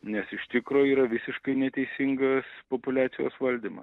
nes iš tikro yra visiškai neteisingas populiacijos valdyma